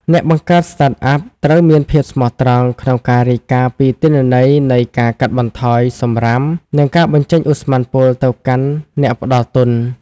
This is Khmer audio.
អ្នកបង្កើត Startup ត្រូវមានភាពស្មោះត្រង់ក្នុងការរាយការណ៍ពីទិន្នន័យនៃការកាត់បន្ថយសម្រាម និងការបញ្ចេញឧស្ម័នពុលទៅកាន់អ្នកផ្ដល់ទុន។